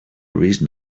reason